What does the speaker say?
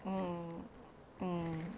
mm mm